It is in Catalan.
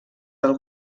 del